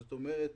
זאת אומרת,